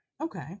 okay